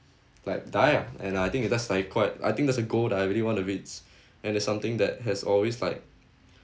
like die ah and I think it's just like quite I think that's a goal that I really want to reach and that's something that has always like